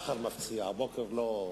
שלום.